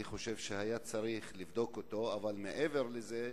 אני חושב שהיה צריך לבדוק אותו, אבל מעבר לזה,